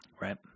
Right